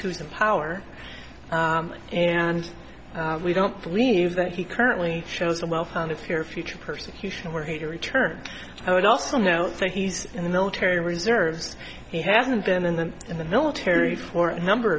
who's in power and we don't believe that he currently shows a well founded fear future persecution were he to return i would also know think he's in the military reserves he hasn't been in the in the military for a number